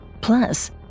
Plus